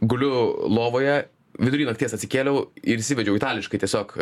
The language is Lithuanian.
guliu lovoje vidury nakties atsikėliau ir įsivedžiau itališkai tiesiog